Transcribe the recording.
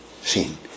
seen